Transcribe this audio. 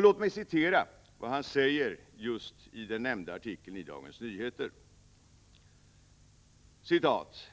Låt mig citera vad Agne Gustafsson säger i